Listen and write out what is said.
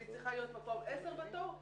היא צריכה להיות מקום 10 בתור,